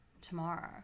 tomorrow